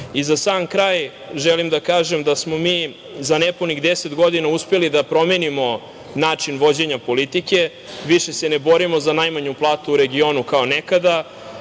sam kraj želim da kažem da smo mi za nepunih deset godina uspeli da promenimo način vođenja politike. Više se ne borimo za najmanju platu u regionu kao nekada